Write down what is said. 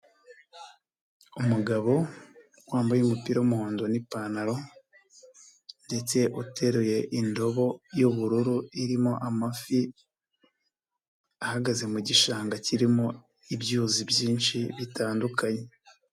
Umugabo wambaye umupira w'umuhondo n'ipantaro ndetse uteruye indobo y'ubururu irimo amafi, ahagaze mu gishanga kirimo ibyuzi byinshi bitandukanye.